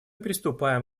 приступаем